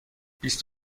بیست